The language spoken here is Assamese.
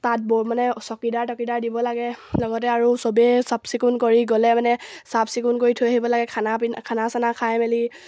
তাতবোৰ মানে চকিদাৰ টকিদাৰ দিব লাগে লগতে আৰু চবেই চাফচিকুণ কৰি গ'লে মানে চাফচিকুণ কৰি থৈ আহিব লাগে খানা পিনা খানা চানা খাই মেলি